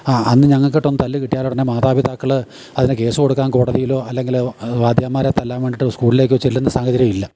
ആ അന്ന് ഞങ്ങൾക്കിട്ടൊന്ന് തല്ല് കിട്ടിയാലുടനെ മാതാപിതാക്കൾ അതിനെ കേസ് കൊടുക്കാൻ കോടതിയിലോ അല്ലെങ്കിൽ വാദ്യാമാരെ തല്ലാൻ വേണ്ടിയിട്ട് സ്കൂളിലേക്കോ ചെല്ലുന്ന സാഹചര്യമില്ല